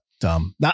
Dumb